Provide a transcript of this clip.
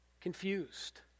confused